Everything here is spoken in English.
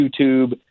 YouTube